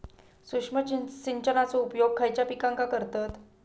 सूक्ष्म सिंचनाचो उपयोग खयच्या पिकांका करतत?